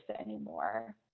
anymore